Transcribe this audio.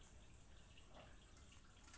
कब्ज आ डायबिटीज मे कदीमा बहुत फायदेमंद होइ छै